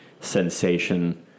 sensation